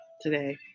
today